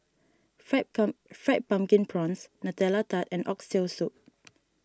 Fried Come Fried Pumpkin Prawns Nutella Tart and Oxtail Soup